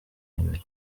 babiri